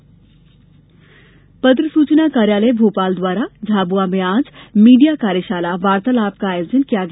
PIB कार्यशाला पत्र सूचना कार्यालय भोपाल द्वारा झाबुआ में आज मीडिया कार्यशाला वार्तालाप का आयोजन किया गया